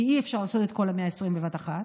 כי אי-אפשר לעשות את כל ה-120 בבת אחת,